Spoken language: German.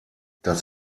das